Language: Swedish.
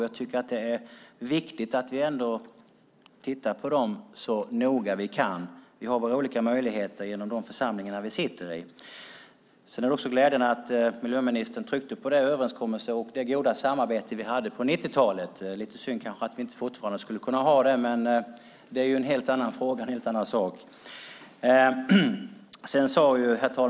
Jag tycker att det är viktigt att vi ändå tittar på dem så noga vi kan. Vi har våra olika möjligheter genom de församlingar vi sitter i. Det är också glädjande att miljöministern tryckte på det goda samarbete vi hade på 1990-talet. Det är lite synd att vi inte fortfarande kan ha det, men det är en helt annan fråga.